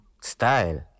Style